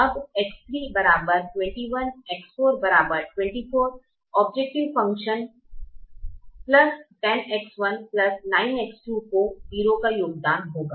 अब X3 21 X4 24 objective function 10X1 9X2 को 0 का योगदान देगा